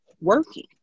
working